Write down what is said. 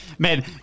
Man